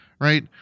Right